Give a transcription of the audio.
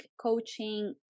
coaching